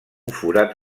forat